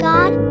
God